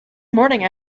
morning